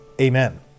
Amen